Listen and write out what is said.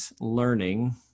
learning